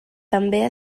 també